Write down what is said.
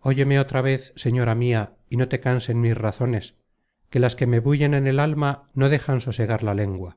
oyeme otra vez señora mia y no te cansen mis razones que las que me bullen en el alma no dejan sosegar la lengua